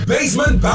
Basement